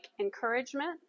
encouragement